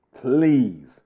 Please